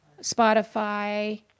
Spotify